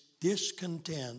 discontent